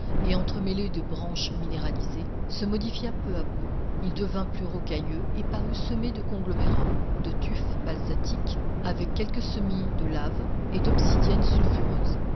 et entremêlée de branches minéralisées se modifia peu à peu il devint plus rocailleux et parut semé de conglomérats de tufs basaltiques avec quelques semis de laves et d'obsidiennes sulfureuses